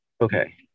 okay